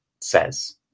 says